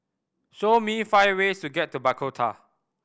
show me five ways to get to Bogota